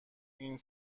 این